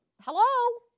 hello